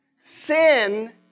Sin